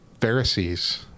Pharisees